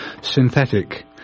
synthetic